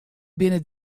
binne